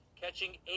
catching